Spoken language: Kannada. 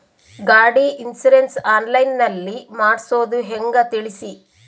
ಗಾಡಿ ಇನ್ಸುರೆನ್ಸ್ ಆನ್ಲೈನ್ ನಲ್ಲಿ ಮಾಡ್ಸೋದು ಹೆಂಗ ತಿಳಿಸಿ?